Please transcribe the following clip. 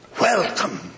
Welcome